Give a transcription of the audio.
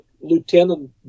lieutenant